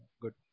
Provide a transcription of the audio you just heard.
good